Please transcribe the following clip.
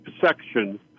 section